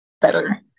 better